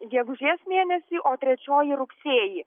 gegužės mėnesį o trečioji rugsėjį